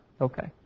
Okay